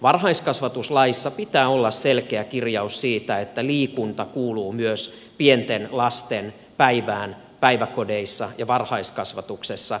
varhaiskasvatuslaissa pitää olla selkeä kirjaus siitä että liikunta kuuluu myös pienten lasten päivään päiväkodeissa ja varhaiskasvatuksessa